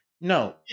no